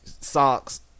Socks